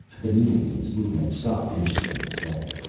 the needlebeam's movement stopped inches from his head.